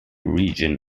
region